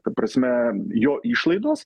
ta prasme jo išlaidos